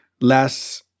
less